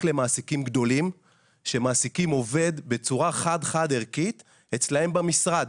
למעסיקים גדולים שמעסיקים עובד בצורה חד חד-ערכית אצלם במשרד.